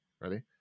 Ready